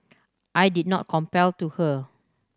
I did not compel to her